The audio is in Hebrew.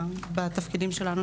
בתפקידים שלנו,